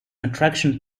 attraction